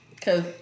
cause